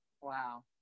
Wow